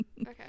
okay